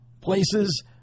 places